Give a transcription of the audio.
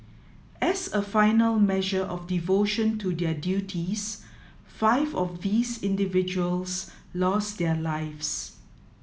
as a final measure of devotion to their duties five of these individuals lost their lives